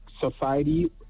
society